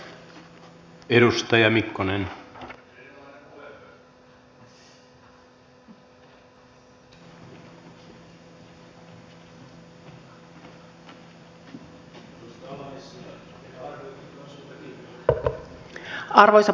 arvoisa puhemies